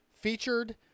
featured